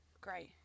great